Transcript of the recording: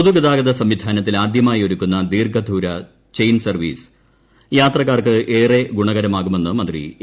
പൊതുഗതാഗത സംവിധാനത്തിൽ ആദ്യമായി ഒരുക്കുന്ന ദീർഘദൂര ചെയിൻ സർവ്വീസ് യാത്രക്കാർക്ക് ഏറെ ഗുണകരമാകുമെന്ന് മന്ത്രി എ